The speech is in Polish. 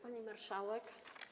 Pani Marszałek!